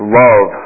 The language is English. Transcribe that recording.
love